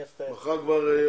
מחר כבר,